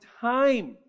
time